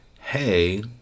hey